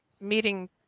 meeting